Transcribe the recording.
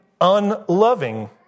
unloving